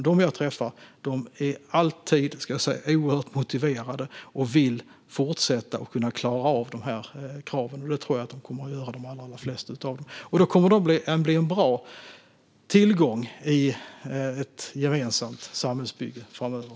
De jag träffar är alltid oerhört motiverade. De vill fortsätta, och de vill klara av de här kraven, och det tror jag att de allra flesta av dem kommer att göra. Då kommer de att bli en bra tillgång i ett gemensamt samhällsbygge framöver.